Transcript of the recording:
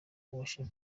worship